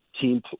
team